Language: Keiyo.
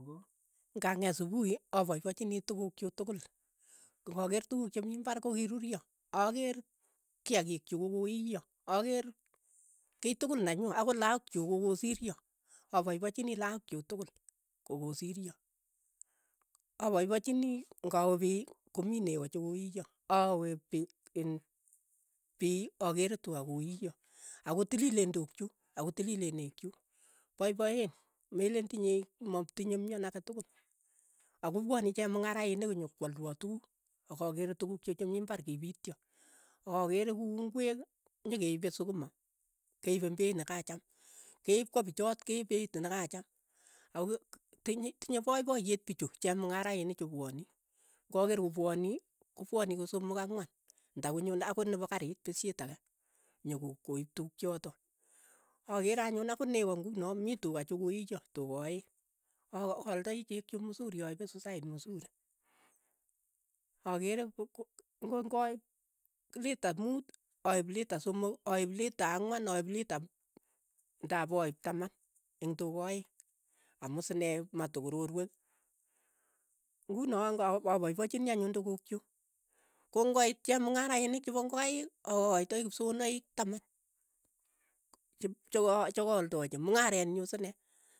Ng'anget supuhi apaipachini tukuk chuk tukul, kong'akeer tukuk che mii imbar ko kiruryo, akeer kiakiik chuuk ko koiiyo, akeer kiy tukul nenyo, akot lakok chuuk ko kosiro, apaipachini lakok chuk tukul kokosiryo, apaipachini ng'awe piy ko mii neko cho koiyo, awe pi iin piiy akere tuka koiyo, ako tilileen tuukchu, akotilileen nekchuu, poipoieen, meleen tinyei matinye myon ake tukul, ako pwani chemng'rainik konyokwolwo tukuk, ak akeere tukuk chuuk che mi imbar kipitya. akeere ku ing'wek, nyekeipe sukuma, keipe eng' peit nakacham, keip kopichot keip peit nakacham, ako tiny tinei poipoyeet pichu. chemng'araini chu pwani, nga keer ko pwani, ko pwani ko somok ang'wan nda konyo ang'ot nepa karit pesiet ake nyoko koip tukchotok, akeere anyun akot neko ng'uno, mi tuka chekoiyo, tuka aeng', a- aaldai chek chuuk msuri aipe sosayat msuri, akere ko- ko ng'aip lita muut aip lita somok aip lita ang'wan aip lita m ndap aip taman eng' tuka aeng' amu sinee matokororwek. ng'uno nga apaipachini anyun tukuk chuuk, ko ngoit chepng'arainik chepo ingokaik a- aaldai kipsowanik taman, chep chakaadochi mng'arenyuu sinee.